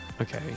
Okay